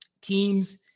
teams